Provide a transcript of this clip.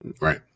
Right